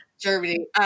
Germany